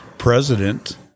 President